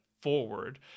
forward